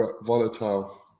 volatile